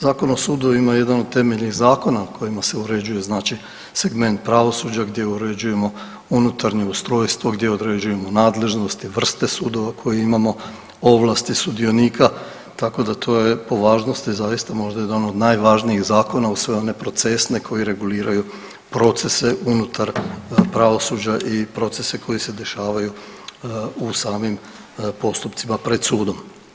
Zakon o sudovima je jedan od temeljnih Zakona kojima se uređuje znači segment pravosuđa gdje uređujemo unutarnje ustrojstvo, gdje određujemo nadležnosti, vrste Sudova koje imamo, ovlasti sudionika, tako da to je po važnosti zaista možda jedan od najvažnijih Zakona uz sve one procesne koji reguliraju procese unutar pravosuđa i procese koji se dešavaju u samim postupcima pred Sudom.